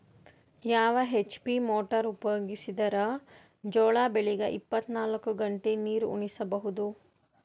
ಯಾವ HP motor ಉಪಯೋಗಿಸಿದರ ಜೋಳ ಬೆಳಿಗ ಇಪ್ಪತ ನಾಲ್ಕು ಗಂಟೆ ನೀರಿ ಉಣಿಸ ಬಹುದು?